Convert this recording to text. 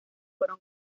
fueron